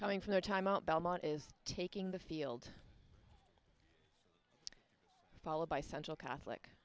coming from their time out belmont is taking the field followed by central catholic